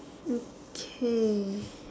okay